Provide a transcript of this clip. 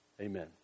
Amen